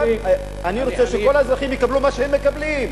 אני רוצה שכל האזרחים יקבלו את מה שהם מקבלים.